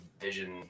vision